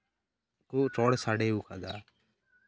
ᱠᱚ ᱨᱚᱲ ᱥᱟᱰᱮᱭ ᱠᱟᱫᱟ